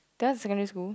that one is secondary school